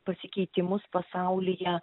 pasikeitimus pasaulyje